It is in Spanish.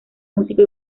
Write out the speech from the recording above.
músico